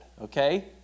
okay